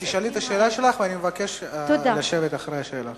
תשאלי את השאלה שלך, ואני מבקש לשבת אחרי השאלה.